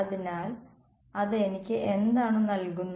അതിനാൽ അത് എനിക്ക് എന്താണ് നൽകുന്നത്